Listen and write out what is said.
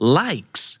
likes